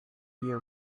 year